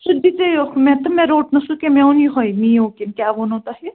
سُہ دِژییوکھ مےٚ تہٕ مےٚ روٚٹ نہٕ سُہ کیٚنٛہہ مےٚ اوٚن یُہوے می او کنہٕ کیٛاہ ووٚنوٕ تۄہہِ